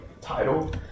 title